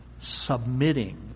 submitting